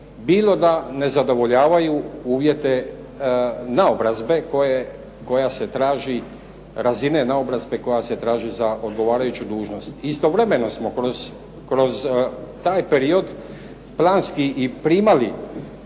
bilo da ne zadovoljavaju uvjete razine naobrazbe koja se traži za odgovarajuću dužnost. Istovremeno smo kroz taj period planski i primali